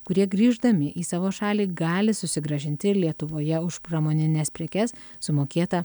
kurie grįždami į savo šalį gali susigrąžinti lietuvoje už pramonines prekes sumokėtą